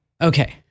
Okay